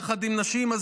יחד עם נשים,